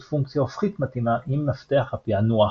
פונקציה הופכית מתאימה עם מפתח הפענוח,